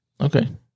Okay